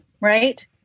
right